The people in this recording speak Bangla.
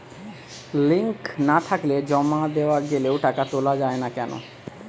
লিঙ্ক না থাকলে জমা দেওয়া গেলেও টাকা তোলা য়ায় না কেন?